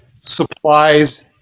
supplies